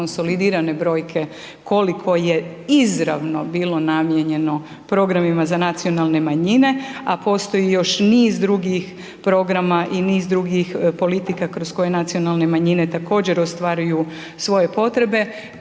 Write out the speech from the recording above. konsolidirane brojke koliko je izravno bilo namijenjeno programima za nacionalne manjine, a postoji još niz drugih programa i niz drugih politika kroz koje nacionalne manjine također ostvaruju svoje potrebe,